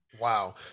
Wow